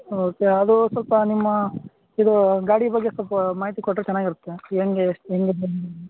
okay ಅದು ಸೊಲ್ಪ ನಿಮ್ಮ ಇದು ಗಾಡಿ ಬಗ್ಗೆ ಸೊಲ್ಪ ಮಾಹಿತಿ ಕೊಟ್ಟರೆ ಚೆನ್ನಾಗಿರುತ್ತೆ ಹೆಂಗೆ ಹೆಂಗೆ